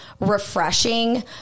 refreshing